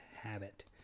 habit